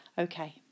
Okay